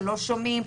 שלא שומעים?